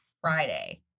Friday